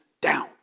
down